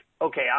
okay